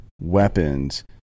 weapons